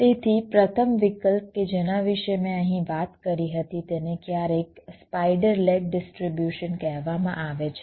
તેથી પ્રથમ વિકલ્પ કે જેના વિશે મેં અહીં વાત કરી હતી તેને ક્યારેક સ્પાઈડર લેગ ડિસ્ટ્રીબ્યુશન કહેવામાં આવે છે